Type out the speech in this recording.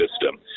system